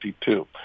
two